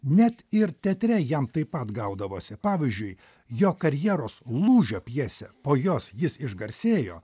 net ir teatre jam taip pat gaudavosi pavyzdžiui jo karjeros lūžio pjesė po jos jis išgarsėjo